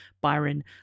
Byron